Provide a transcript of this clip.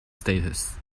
status